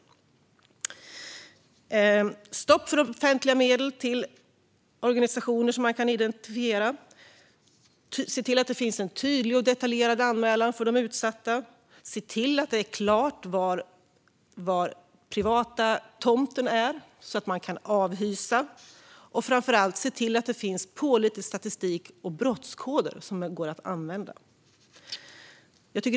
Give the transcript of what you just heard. Det ska vara stopp för offentliga medel till identifierbara organisationer. Det ska vara en tydlig och detaljerad anmälan för de utsatta. Det ska vara klart var den privata tomtgränsen går så att det är möjligt att avhysa personer. Och det ska framför allt finnas pålitlig statistik och tydliga brottskoder.